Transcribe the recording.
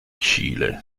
cile